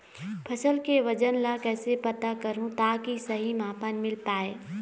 फसल के वजन ला कैसे पता करहूं ताकि सही मापन मील पाए?